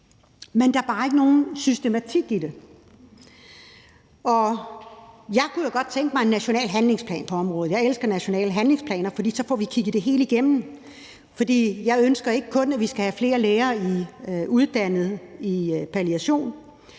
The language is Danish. men der er bare ikke nogen systematik i det. Jeg kunne jo godt tænke mig en national handlingsplan på området. Jeg elsker nationale handlingsplaner, for med dem får vi kigget det hele igennem, og jeg ønsker ikke kun, at vi skal have flere læger uddannet i palliation.